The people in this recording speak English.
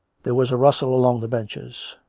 there was a rustle along the benches.